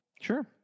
Sure